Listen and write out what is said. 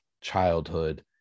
childhood